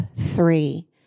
three